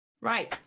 right